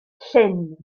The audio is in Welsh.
llyn